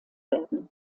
werden